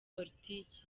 politiki